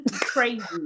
crazy